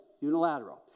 Unilateral